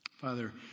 Father